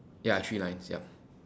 ya three lines ya